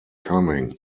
cunning